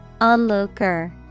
Onlooker